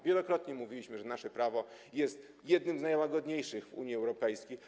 Wielokrotnie mówiliśmy, że nasze prawo jest jednym z najłagodniejszych w Unii Europejskiej.